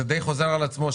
זה די חוזר על עצמו,